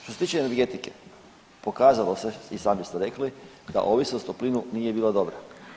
Što se tiče energetike pokazalo se i sami ste rekli da ovisnost o plinu nije bila dobra.